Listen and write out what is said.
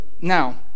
now